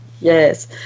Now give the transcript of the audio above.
yes